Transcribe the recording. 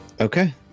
Okay